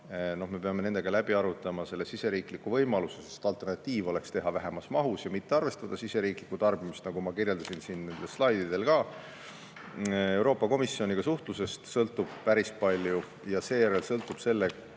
Me peame nendega läbi arutama riigisisese võimaluse, sest alternatiiv oleks teha väiksemas mahus ja mitte arvestada riigisisest tarbimist, nagu ma kirjeldasin siin slaididel ka. Euroopa Komisjoniga suhtlusest sõltub päris palju ja seejärel sõltub sellest,